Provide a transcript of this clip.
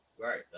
Right